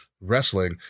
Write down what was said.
Wrestling